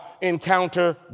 encounter